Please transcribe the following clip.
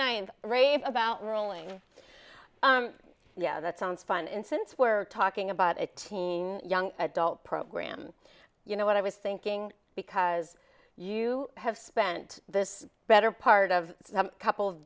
ninth rave about rolling yeah that sounds fun and since we're talking about eighteen young adult program you know what i was thinking because you have spent the better part of a couple of